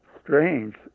strange